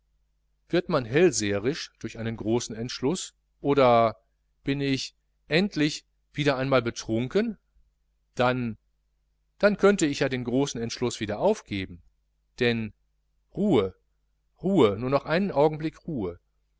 wird man hellseherisch durch einen großen entschluß oder bin ich endlich endlich wieder einmal betrunken dann könnte ich ja den großen entschluß wieder aufgeben denn ruhe ruhe nur noch einen augenblick ruhe